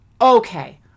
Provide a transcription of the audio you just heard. Okay